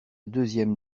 deuxième